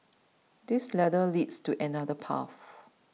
this ladder leads to another path